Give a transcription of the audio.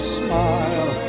smile